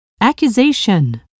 Accusation